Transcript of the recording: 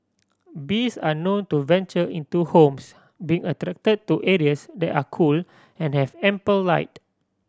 bees are known to venture into homes being attract to areas that are cool and have ample light